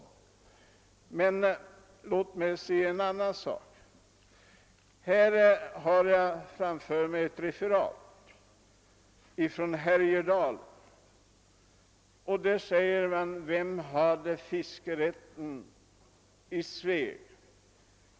Eller låt mig nämna ett annat fall. Jag har här framför mig ett klipp ur en annan tidning. Det handlar om Härjedalen. Rubriken lyder: »Vem hade fiskerätten? Tvetydigt mål i Sveg».